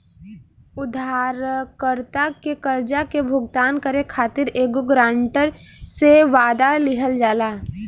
उधारकर्ता के कर्जा के भुगतान करे खातिर एगो ग्रांटर से, वादा लिहल जाला